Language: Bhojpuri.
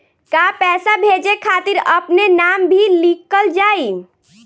का पैसा भेजे खातिर अपने नाम भी लिकल जाइ?